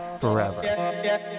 forever